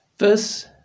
Verse